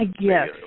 Yes